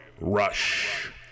Rush